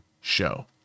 show